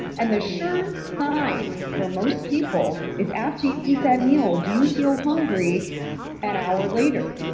and the sure sign for most people is after you eat that meal, do you feel hungry an hour later?